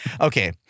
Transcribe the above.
Okay